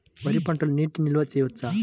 వరి పంటలో నీటి నిల్వ చేయవచ్చా?